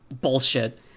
bullshit